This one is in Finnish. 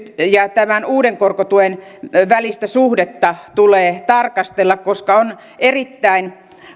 tämän uuden korkotuen välistä suhdetta tulee tarkastella koska on erittäin